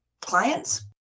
clients